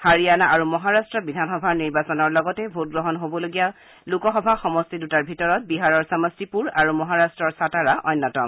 হাৰিয়ানা আৰু মহাৰাষ্ট বিধানসভাৰ নিৰ্বাচনৰ লগতে ভোটগ্ৰহণ হ'বলগীয়া লোকসভা সমষ্টি দুটাৰ ভিতৰত বিহাৰৰ সমষ্টিপুৰ আৰু মহাৰাষ্টৰ ছাটাৰা অন্যতম